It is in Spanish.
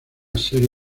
serie